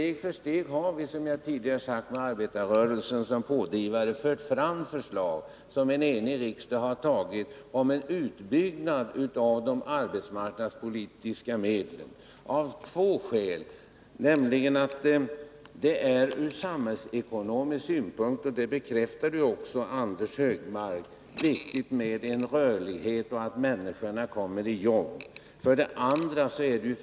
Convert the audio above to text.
Något alternativ hade man inte. Steg för steg har vi, med arbetarrörelsen som pådrivare, fört fram förslag om en utbyggnad av de arbetsmarknadspolitiska medlen, som en enig riksdag har antagit. Det har vi gjort att två skäl. För det första är det ur samhällsekonomisk synpunkt viktigt med en rörlighet och att människorna kommer i arbete — det bekräftade också Anders Högmark.